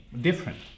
different